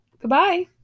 goodbye